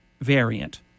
variant